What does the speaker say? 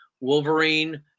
Wolverine